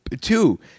two